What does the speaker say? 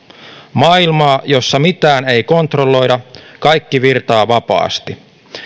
maailmaa jossa mitään ei kontrolloida kaikki virtaa vapaasti